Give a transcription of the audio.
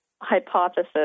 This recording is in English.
hypothesis